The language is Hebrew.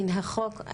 מן החוק,